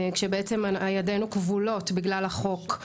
כשבעצם ידינו כבולות בגלל החוק.